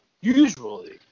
Usually